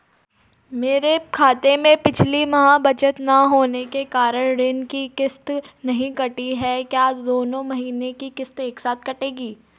मेरे खाते में पिछले माह बचत न होने के कारण ऋण की किश्त नहीं कटी है क्या दोनों महीने की किश्त एक साथ कटेगी?